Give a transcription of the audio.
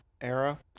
era